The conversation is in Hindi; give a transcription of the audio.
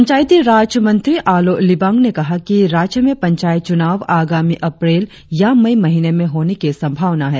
पंचायती राज मंत्री आलो लिबांग ने कहा कि राज्य में पंचायत च्रनाव आगामी अप्रैल या मई महीने में होने की संभावना है